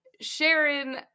Sharon